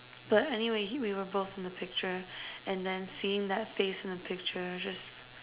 but anyway we were both in the picture and then seeing that face in the picture just